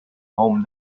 home